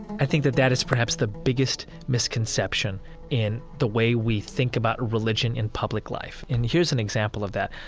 i think that that is perhaps the biggest misconception in the way we think about religion in public life. and here's an example of that.